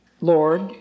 Lord